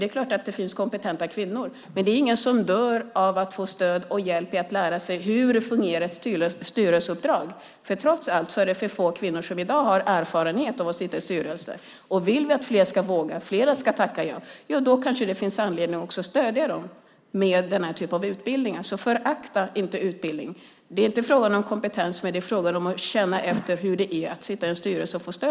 Det är klart att det finns kompetenta kvinnor, men det är ingen som dör av att få stöd och hjälp i att lära sig hur ett styrelseuppdrag fungerar. Trots allt är det för få kvinnor i dag som har erfarenhet av att sitta i styrelser. Om vi vill att fler ska våga, ska tacka ja, kanske det finns anledning att stödja dem med den typen av utbildning. Förakta inte utbildning. Det är inte fråga om kompetens, utan det är fråga om att känna efter och få stöd i hur det är att sitta i en styrelse.